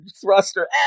thruster